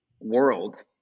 World